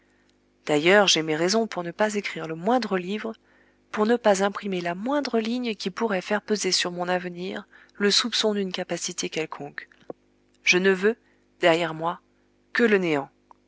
d'ailleurs j'ai mes raisons pour ne pas écrire le moindre livre pour ne pas imprimer la moindre ligne qui pourrait faire peser sur mon avenir le soupçon d'une capacité quelconque je ne veux derrière moi que le néant